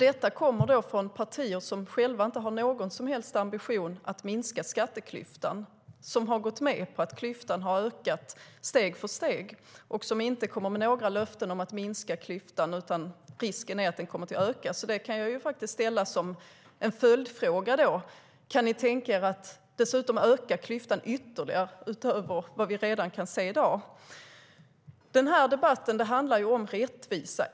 Detta kommer från partier som själva inte har någon som helst ambition att minska skatteklyftan utan som har gått med på att klyftan har ökat steg för steg och som inte kommer med några löften om att minska klyftan. Risken är att den kommer att öka. Därför kan jag ställa en följdfråga. Kan ni tänka er att dessutom öka klyftan ytterligare, utöver vad vi redan kan se i dag? Denna debatt handlar om rättvisa.